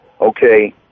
okay